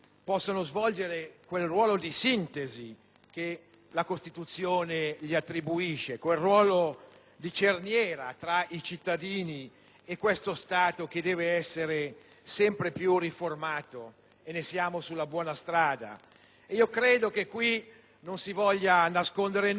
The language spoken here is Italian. che la Costituzione attribuisce loro, quel ruolo di cerniera tra i cittadini e questo Stato che deve essere sempre più riformato: siamo, in questo senso, sulla buona strada. Credo che qui non si voglia nascondere nulla o mettere nulla nel ripostiglio,